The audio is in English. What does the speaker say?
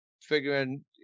figuring